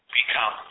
become